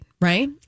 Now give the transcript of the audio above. right